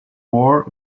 more